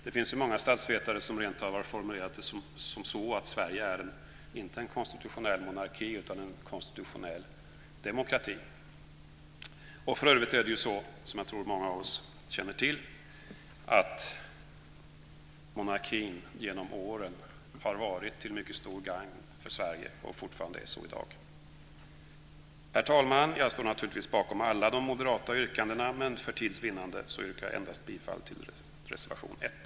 Det finns många statsvetare som rentav har formulerat det så att Sverige inte är en konstitutionell monarki utan en konstitutionell demokrati. För övrigt är det ju så, som jag tror att många av oss känner till, att monarkin genom åren varit till mycket stort gagn för Sverige och är det även i dag. Herr talman! Jag står naturligtvis bakom alla moderata yrkanden, men för tids vinnande yrkar jag bifall endast till reservation 1.